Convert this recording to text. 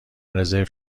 رزرو